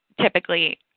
typically